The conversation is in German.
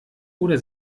oder